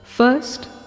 First